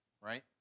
right